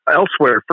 elsewhere